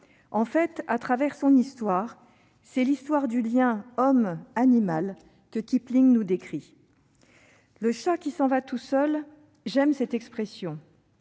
En fait, à travers son histoire, c'est l'histoire du lien homme-animal que Kipling nous décrit. « Le chat qui s'en va tout seul »: j'aime cette expression.